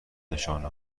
نشانه